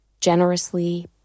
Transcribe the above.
generously